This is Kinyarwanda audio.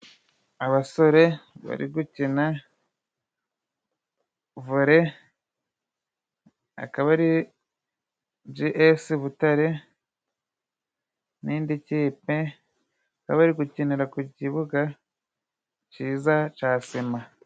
Abasore bari gukina vole, akaba ari ji esi Butare n'indi kipe bakaba bari gukinira ku kibuga ciza cya sima.